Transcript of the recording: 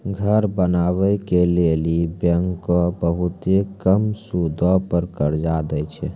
घर बनाय के लेली बैंकें बहुते कम सूदो पर कर्जा दै छै